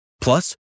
Plus